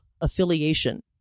affiliation